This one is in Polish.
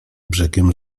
brzegiem